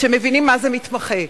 שמבינים מה זה מתמחה,